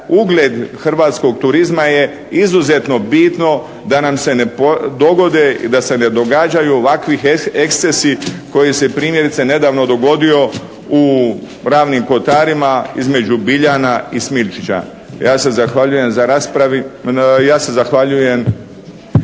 ugled hrvatskog turizma je izuzetno bitno da nam se ne dogode i da se ne događaju ovakvi ekscesi koji se primjerice nedavno dogodio u Ravnim Kotarima između Biljana i Smiljčića. Ja se zahvaljujem na raspravi i završavam